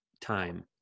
time